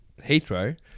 Heathrow